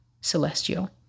Celestial